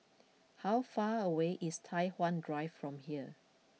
how far away is Tai Hwan Drive from here